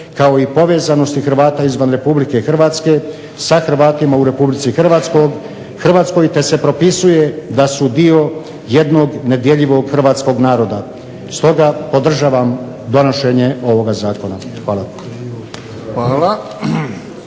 kao i povezanost Hrvata izvan Republike Hrvatske sa Hrvatima u Republici Hrvatskoj, te se propisuje da su dio jednog nedjeljivog hrvatskog naroda. Stoga podržavam donošenje ovoga zakona. Hvala.